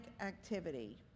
activity